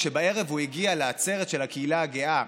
כשבערב הוא הגיע לעצרת של הקהילה הגאה,